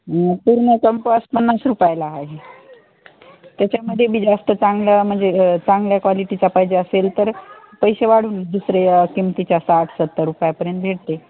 पूर्ण कंपस पन्नास रुपयाला आहे त्याच्यामध्ये बी जास्त चांगलं म्हणजे चांगल्या क्वालिटीचा पाहिजे असेल तर पैसे वाढून दुसऱ्या किमतीच्या आठ सत्तर रुपयापर्यंत भेटते